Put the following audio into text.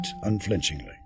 unflinchingly